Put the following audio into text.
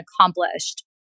accomplished